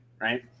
right